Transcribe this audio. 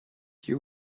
you